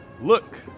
Look